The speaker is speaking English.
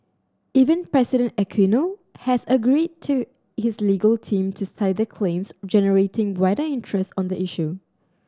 Even President Aquino has agreed to his legal team to study the claims generating wider interest on the issue